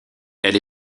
elle